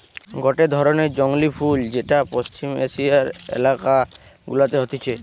গটে ধরণের জংলী ফুল যেটা পশ্চিম এশিয়ার এলাকা গুলাতে হতিছে